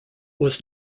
was